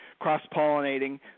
cross-pollinating